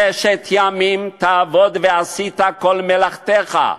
שנאמר: 'ששת ימים תעבֹד ועשית כל מלאכתך'".